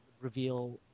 Reveal